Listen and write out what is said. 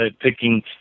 picking